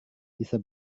bisa